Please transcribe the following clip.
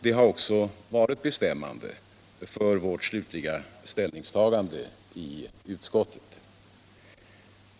Det har också varit bestämmande för vårt slutliga ställningstagande i frågan.